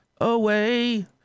away